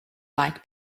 like